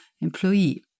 employee